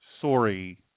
Sorry